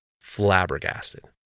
flabbergasted